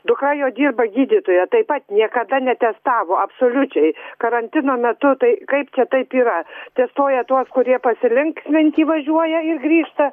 dukra jo dirba gydytoja taip pat niekada netestavo absoliučiai karantino metu tai kaip čia taip yra testuoja tuos kurie pasilinksminti važiuoja ir grįžta